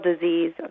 disease